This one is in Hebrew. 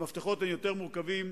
המפתחות הם יותר מורכבים.